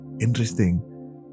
interesting